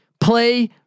Play